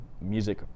music